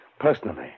personally